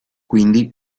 quindi